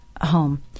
home